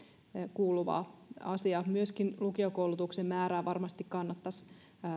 kuuluva asia myöskin lukiokoulutuksen määrää varmasti kannattaisi